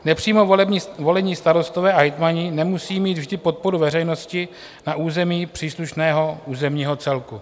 Nepřímo volení starostové a hejtmani nemusí mít vždy podporu veřejnosti na území příslušného územního celku.